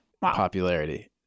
popularity